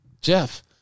Jeff